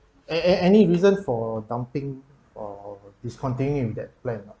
a~ a~ any reason for dumping or discontinue with that plan ah